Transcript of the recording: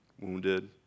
wounded